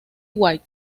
white